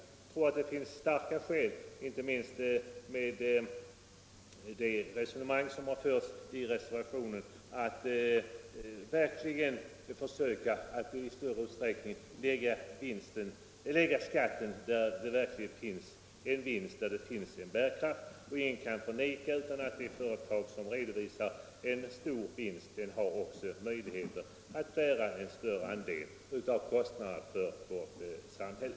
Jag anser att det finns starka skäl, inte minst mot bakgrund av det resonemang som förs i reservationen, att verkligen försöka att i större utsträckning lägga skatten där det verkligen finns en vinst och en bärkraft. Ingen kan förneka att det företag som redovisar en stor vinst också har möjligheter att bära en större andel av kostnaderna för vårt samhälle.